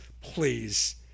Please